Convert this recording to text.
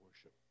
worship